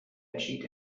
entschied